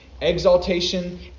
Exaltation